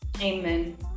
Amen